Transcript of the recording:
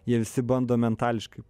jie visi bando metališkai